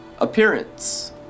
Appearance